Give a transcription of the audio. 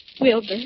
Wilbur